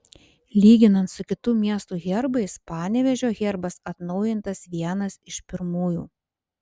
lyginant su kitų miestų herbais panevėžio herbas atnaujintas vienas iš pirmųjų